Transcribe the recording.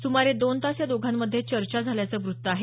सुमारे दोन तास या दोघांमध्ये चर्चा झाल्याचं वृत्त आहे